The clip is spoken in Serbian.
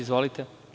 Izvolite.